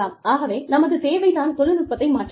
ஆகவே நமது தேவை தான் தொழில்நுட்பத்தை மாற்றுகிறது